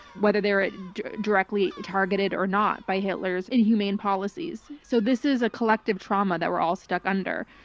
whether they were directly targeted or not by hitler's inhumane policies. so this is a collective trauma that we're all stuck under.